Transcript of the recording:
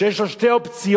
שיש לו שתי אופציות.